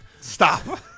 Stop